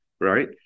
right